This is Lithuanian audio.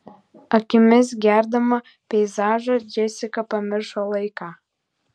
akimis gerdama peizažą džesika pamiršo laiką